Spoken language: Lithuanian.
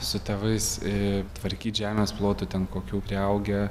su tėvais tvarkyt žemės plotų ten kokių priaugę